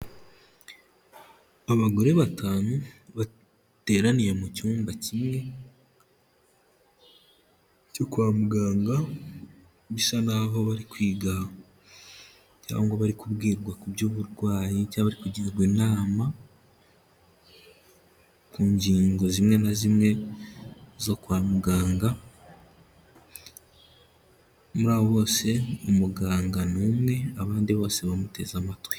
Abagore batanu bateraniye mu cyumba kimwe cyo kwa muganga bisa naho bari kwiga cyangwa bari kubwirwa ku by'uburwayi cyangwa kugirwa inama ku ngingo zimwe na zimwe zo kwa muganga, muri abo bose umuganga ni umwe abandi bose bamuteze amatwi.